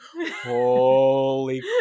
Holy